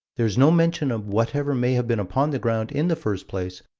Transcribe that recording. there is no mention of whatever may have been upon the ground in the first place,